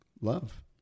love